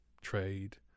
trade